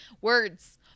Words